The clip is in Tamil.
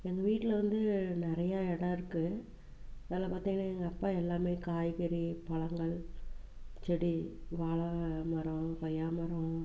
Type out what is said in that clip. எங்கள் வீட்டில் வந்து நிறைய இடம் இருக்குது அதில் பார்த்திங்கனா எங்கள் அப்பா எல்லாம் காய்கறி பழங்கள் செடி வாழை மரம் கொய்யா மரம்